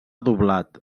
doblat